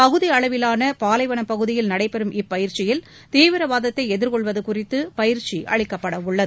பகுதி அளவிலான பாலைவனப் பகுதியில் நடைபெறும் இப்பயிற்சியில் தீவிரவாதத்தை எதிர்கொள்வது குறித்து பயிற்சி அளிக்கப்படவுள்ளது